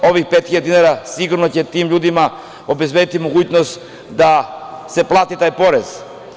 Ovih 5.000 dinara sigurno će tim ljudima obezbediti mogućnost da se plati taj porez.